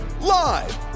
live